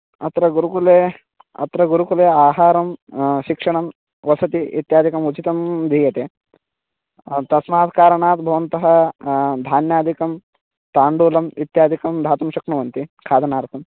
अत्र गुरुकुले अत्र गुरुकुले आहारं शिक्षणं वसति इत्यादिकमुचितं दीयते तस्मात् कारणात् भवन्तः धान्यादिकं तण्डुलम् इत्यादिकं दातुं शक्नुवन्ति खादनार्थं